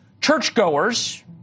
churchgoers